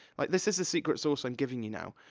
like, this is a secret sauce i'm giving you, now.